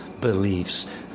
beliefs